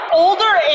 older